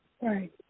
Right